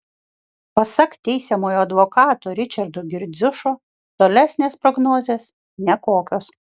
pasak teisiamojo advokato ričardo girdziušo tolesnės prognozės nekokios